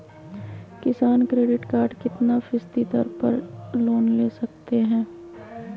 किसान credit card कितना फीसदी दर पर लोन ले सकते हैं?